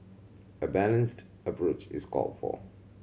a balanced approach is called for